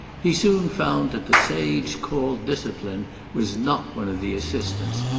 he soon found that the sage called decipline was not one of the assistants,